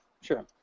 sure